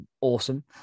awesome